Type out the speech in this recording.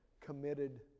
committed